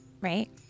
right